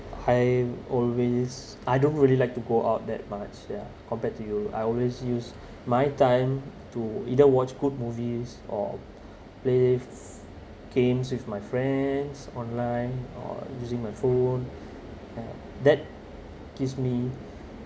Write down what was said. I always I don't really like to go out that much ya compared to you I always use my time to either watch good movies or play games with my friends online or using my phone that gives me